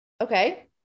Okay